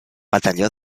batalló